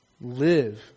live